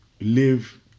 live